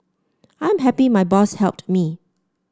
I'm happy my boss helped me